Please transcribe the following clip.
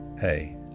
hey